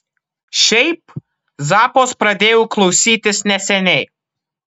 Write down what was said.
šiaip zappos pradėjau klausytis neseniai